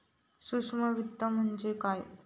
सूक्ष्म वित्त म्हणजे काय?